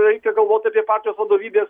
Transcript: reikia galvot apie partijos vadovybės